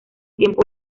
tiempo